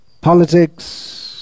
politics